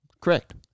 Correct